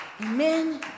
amen